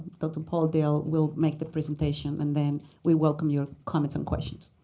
dr. paul dale will make the presentation. and then we welcome your comments and questions.